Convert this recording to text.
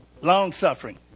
Long-suffering